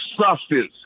substance